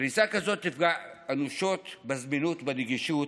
קריסה כזאת תפגע אנושות בזמינות ובנגישות